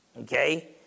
Okay